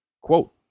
Quote